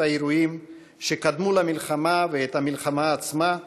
האירועים שקדמו למלחמה ואת המלחמה עצמה,